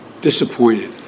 disappointed